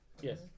Yes